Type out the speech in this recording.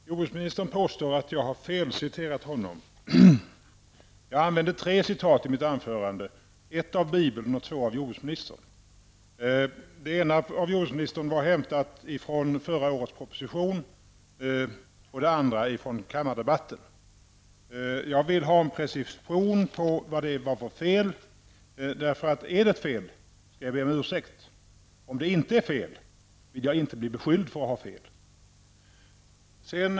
Herr talman! Jordbruksministern påstår att jag har felciterat honom. Jag använde tre citat i mitt anförande, ett från Bibeln och två av jordbruksministern. Det ena av jordbruksministern var hämtat från förra årets proposition och det andra från kammardebatten. Jag vill ha en precisering av vad det var för fel. Är det ett fel, skall jag be om ursäkt. Om det inte är fel, vill jag inte bli beskylld för att ha fel.